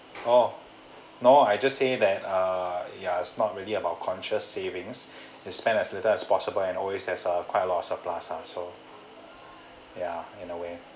oh no I just say that uh ya it's not really about conscious savings you spend as little as possible and always has a quite a lot of surplus lah so ya in a way